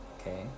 okay